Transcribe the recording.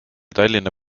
tallinna